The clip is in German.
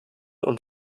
und